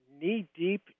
knee-deep